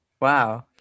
Wow